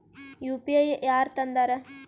UPI ಯಾರ್ ತಂದಾರ?